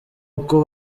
uko